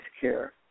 care